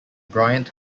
bryant